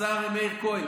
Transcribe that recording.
השר מאיר כהן,